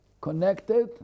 connected